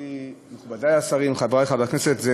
עם חבר הכנסת גטאס.